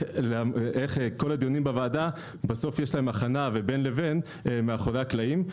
איך כל הדיונים בוועדה בסוף יש להם הכנה ובין לבין מאחורי הקלעים.